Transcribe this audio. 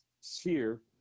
sphere